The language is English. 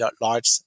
large